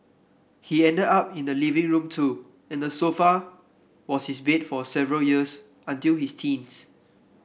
he ended up in the living room too and the sofa was his bed for several years until his teams